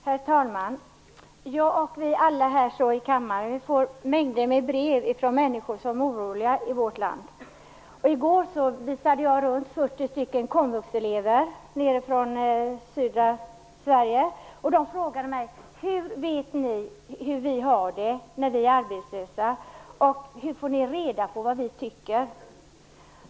Herr talman! Jag och vi alla här i kammaren får mängder av brev från människor i vårt land som är oroliga. I går visade jag runt 40 komvux-elever från södra Sverige här i riksdagen. De frågade mig: Hur vet ni hur vi har det när vi är arbetslösa? Hur får ni reda på vad vi tycker?